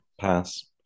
Pass